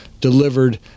delivered